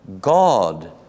God